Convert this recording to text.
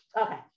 Okay